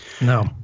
No